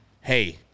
hey